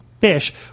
fish